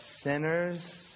sinners